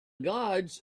gods